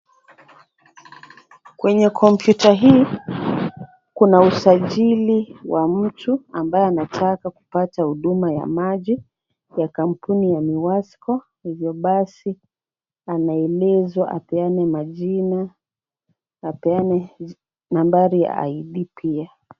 Kwenye kompyuta hii kuna usajili wa mtu ambaye anataka kupata huduma ya maji kwa kampuni ya MUWASCO, ndivyo basi ameelezwa apeane majina na apeane nambari ya ID pia.